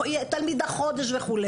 תלמידה החודש וכו'.